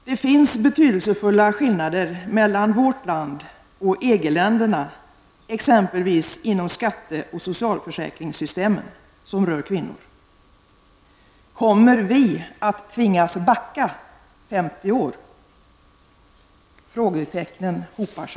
Det finns, exempelvis inom skatte och socialförsäkringssystemen, betydelsefulla skillnader mellan vårt land och EG-länderna när det gäller kvinnor. Kommer vi att tvingas backa femtio år? Frågetecknen hopar sig.